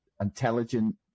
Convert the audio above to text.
intelligent